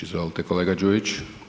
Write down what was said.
Izvolite kolega Đujić.